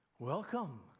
Welcome